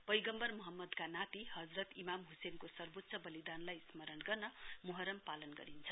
पैगम्बर मोहम्मदका नाती हजरत ईमाम हसेनको सर्वोच्य बलिदानलाई स्मरण गर्न मोहर्रम पालन गरिन्छ